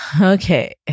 Okay